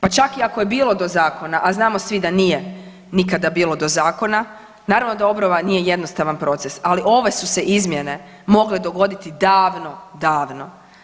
Pa čak i ako je bilo do zakona, a znamo svi da nije nikada bilo do zakona, naravno da obnova nije jednostavan proces, ali ove su se izmjene mogle dogoditi davno, davno.